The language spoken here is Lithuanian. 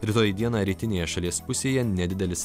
rytoj dieną rytinėje šalies pusėje nedidelis